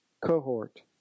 cohort